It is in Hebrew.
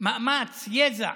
מאמץ, יזע,